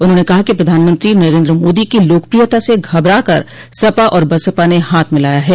उन्होंने कहा कि प्रधानमंत्री नरेन्द्र मोदी को लोकप्रियता से घबरा कर सपा और बसपा ने हाथ मिलाया है